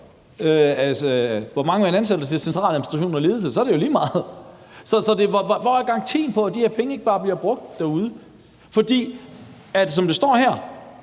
hvor man mange ansætter til centraladministration og ledelse, så er det jo lige meget. Så hvor er garantien for, at de her penge ikke bare bliver brugt derude? For som det står her,